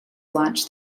launched